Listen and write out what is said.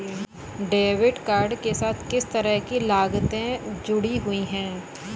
Debit card के साथ किस तरह की लागतें जुड़ी हुई हैं?